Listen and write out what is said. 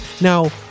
now